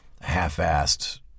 half-assed